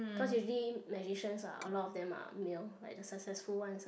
cause usually magicians are a lot of them are male like the successful ones